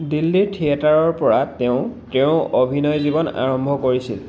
দিল্লী থিয়েটাৰৰ পৰা তেওঁ তেওঁৰ অভিনয় জীৱন আৰম্ভ কৰিছিল